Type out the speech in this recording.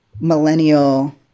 millennial